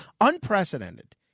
Unprecedented